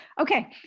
Okay